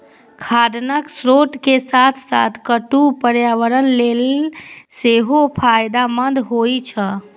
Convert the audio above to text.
खाद्यान्नक स्रोत के साथ साथ कट्टू पर्यावरण लेल सेहो फायदेमंद होइ छै